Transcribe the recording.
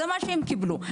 זה מה שהם קיבלו,